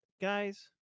Guys